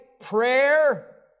prayer